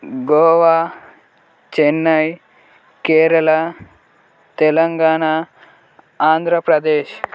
Goa Chennai Kerala Telangana Andhra Pradesh